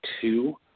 Two